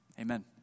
amen